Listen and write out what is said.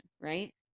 right